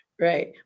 Right